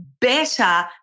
better